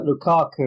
Lukaku